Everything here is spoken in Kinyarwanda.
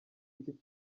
iki